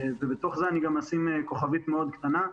בתוך זה אני גם אשים כוכבית מאוד קטנה,